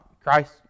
Christ